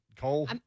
Cole